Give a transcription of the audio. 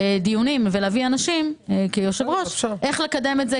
דיונים ומביאים אנשים כדי לקדם את זה.